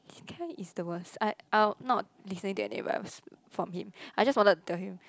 Kai is the worst uh uh not listening to anybody else from him I just wanted to tell him